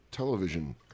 Television